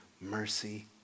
mercy